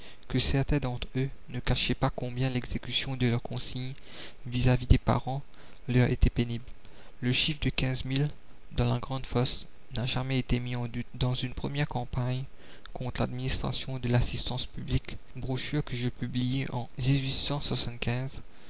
que certains d'entre eux ne cachaient pas combien l'exécution de leur consigne visà-vis des parents leur était pénible le chiffre de quinze mille dans la grande fosse n'a jamais été mis en doute dans une première campagne contre l'administration de l'assistance publique brochure que je publiai en